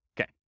Okay